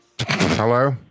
hello